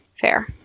Fair